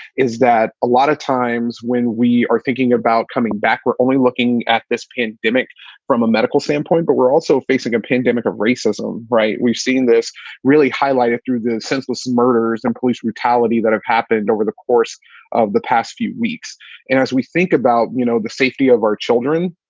is that a lot of times when we are thinking about coming back, we're only looking at this pandemic from a medical standpoint. but we're also facing a pandemic of racism. right. we've seen this really highlighted through the senseless murders and police brutality that have happened over the course of the past few weeks. and as we think about you know the safety of our children,